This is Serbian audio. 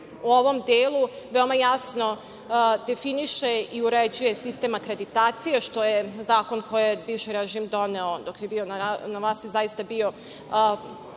u ovom delu veoma jasno definiše i uređuje sistem akreditacije, što je zakon koji je bivši režim doneo dok je bio na vlasti zaista bio